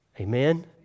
Amen